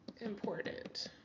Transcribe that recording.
important